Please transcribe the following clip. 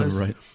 Right